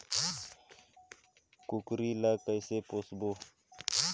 कूकरी ला कइसे पोसबो?